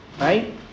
right